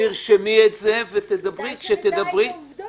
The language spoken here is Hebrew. אז תרשמי את זה וכשתדברי -- כדאי שנדע את העובדות.